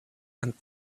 and